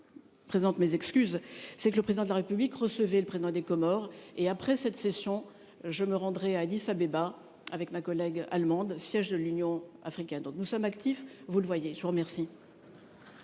Présente mes excuses c'est que le président de la République recevait le président des Comores et après cette session. Je me rendrai à Addis Abeba avec ma collègue allemande, siège de l'Union africaine. Donc nous sommes actifs. Vous le voyez, je vous remercie.--